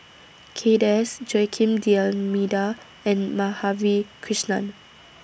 Kay Das Joaquim D'almeida and Madhavi Krishnan